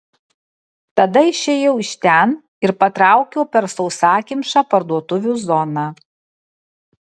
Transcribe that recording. tada išėjau iš ten ir patraukiau per sausakimšą parduotuvių zoną